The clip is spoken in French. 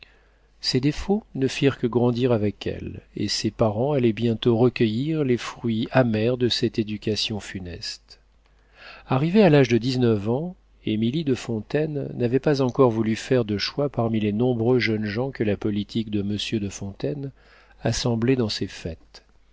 ses défauts ne firent que grandir avec elle et ses parents allaient bientôt recueillir les fruits amers de cette éducation funeste arrivée à l'âge de dix-neuf ans émilie de fontaine n'avait pas encore voulu faire de choix parmi les nombreux jeunes gens que la politique de monsieur de fontaine assemblait dans ses fêtes